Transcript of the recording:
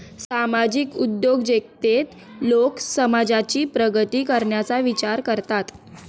सामाजिक उद्योजकतेत लोक समाजाची प्रगती करण्याचा विचार करतात